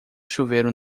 chuveiro